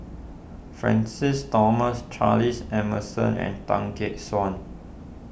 Francis Thomas Charles Emmerson and Tan Gek Suan